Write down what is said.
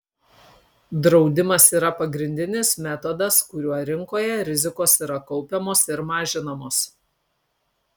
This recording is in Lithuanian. draudimas yra pagrindinis metodas kuriuo rinkoje rizikos yra kaupiamos ir mažinamos